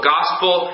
Gospel